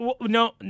No